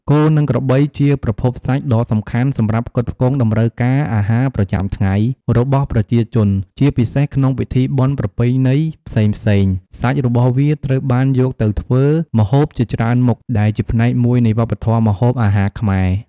គោ និងក្របីជាប្រភពសាច់ដ៏សំខាន់សម្រាប់ផ្គត់ផ្គង់តម្រូវការអាហារប្រចាំថ្ងៃរបស់ប្រជាជន ជាពិសេសក្នុងពិធីបុណ្យប្រពៃណីផ្សេងៗ សាច់របស់វាត្រូវបានយកទៅធ្វើម្ហូបជាច្រើនមុខ ដែលជាផ្នែកមួយនៃវប្បធម៌ម្ហូបអាហារខ្មែរ។